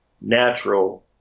natural